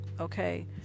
okay